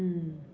mm